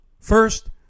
First